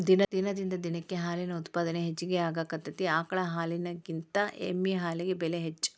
ದಿನದಿಂದ ದಿನಕ್ಕ ಹಾಲಿನ ಉತ್ಪಾದನೆ ಹೆಚಗಿ ಆಗಾಕತ್ತತಿ ಆಕಳ ಹಾಲಿನಕಿಂತ ಎಮ್ಮಿ ಹಾಲಿಗೆ ಬೆಲೆ ಹೆಚ್ಚ